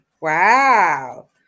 wow